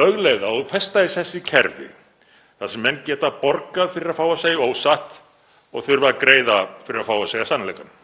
lögleiða og festa í sessi kerfi þar sem menn geta borgað fyrir að fá að segja ósatt og þurfa að greiða fyrir að fá að segja sannleikann.